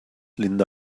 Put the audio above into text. linda